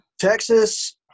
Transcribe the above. Texas